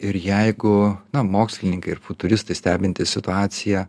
ir jeigu na mokslininkai ir futuristai stebintys situaciją